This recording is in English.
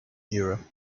nearer